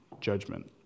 judgment